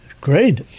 Great